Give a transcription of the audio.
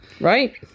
right